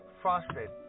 frosted